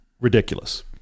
ridiculous